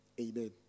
Amen